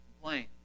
Complain